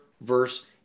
verse